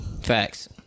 facts